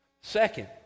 Second